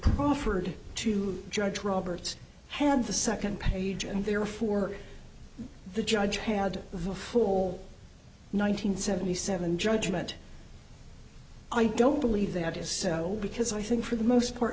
proffered to judge roberts had the second page and therefore the judge had the full nine hundred seventy seven judgment i don't believe that is so because i think for the most part